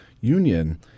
Union